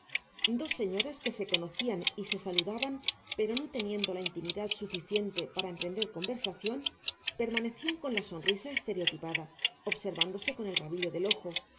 dos señoras que se conocían y se saludaban pero no teniendo la intimidad suficiente para emprender conversación permanecían con la sonrisa estereotipada observándose con el rabillo del ojo